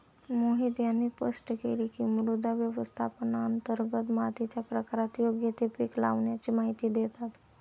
मोहित यांनी स्पष्ट केले की, मृदा व्यवस्थापनांतर्गत मातीच्या प्रकारात योग्य ते पीक लावाण्याची माहिती देतात